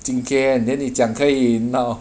今天 then 你讲可以 now